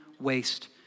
waste